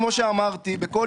כמו שאמרתי,